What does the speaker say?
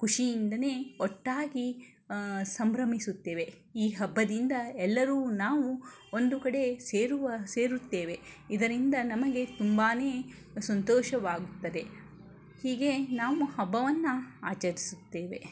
ಖುಷಿಯಿಂದಲೇ ಒಟ್ಟಾಗಿ ಸಂಭ್ರಮಿಸುತ್ತೇವೆ ಈ ಹಬ್ಬದಿಂದ ಎಲ್ಲರೂ ನಾವು ಒಂದು ಕಡೆ ಸೇರುವ ಸೇರುತ್ತೇವೆ ಇದರಿಂದ ನಮಗೆ ತುಂಬಾ ಸಂತೋಷವಾಗುತ್ತದೆ ಹೀಗೆ ನಾವು ಹಬ್ಬವನ್ನು ಆಚರಿಸುತ್ತೇವೆ